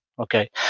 Okay